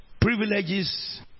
Privileges